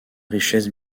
richesse